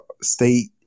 state